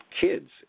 kids